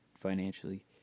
financially